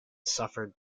suffered